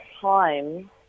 time